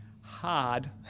hard